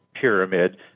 pyramid